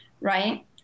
right